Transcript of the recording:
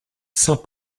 saint